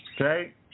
Okay